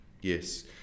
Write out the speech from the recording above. Yes